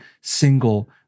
single